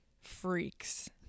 freaks